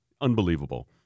Unbelievable